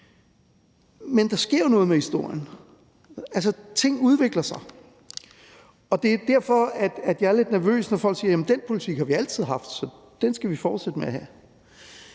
Men der sker jo noget med historien. Altså, ting udvikler sig. Og det er derfor, jeg er lidt nervøs, når folk siger, at den politik har vi altid haft, så den skal vi fortsætte med at have.